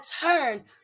turn